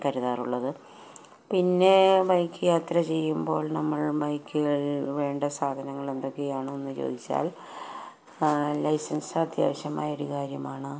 കരുതാറുള്ളത് പിന്നെ ബൈക്ക് യാത്ര ചെയ്യുമ്പോൾ നമ്മൾ ബൈക്കുകളില് വേണ്ട സാധനങ്ങൾ എന്തൊക്കെയാണെന്ന് ചോദിച്ചാൽ ലൈസൻസ് അത്യാവശ്യമായൊരു കാര്യമാണ്